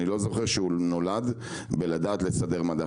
אני לא זוכר שהוא נולד לסדר מדף,